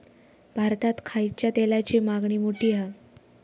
भारतात खायच्या तेलाची मागणी मोठी हा